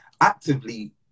actively